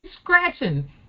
scratching